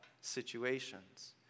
situations